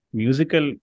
musical